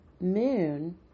moon